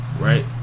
right